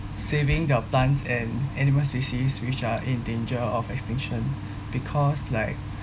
saving the plants and animal species which are in danger of extinction because like